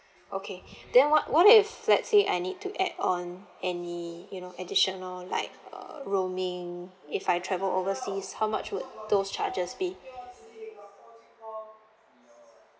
okay then what what if let's say I need to add on any you know additional like uh roaming if I travel overseas how much would those charges be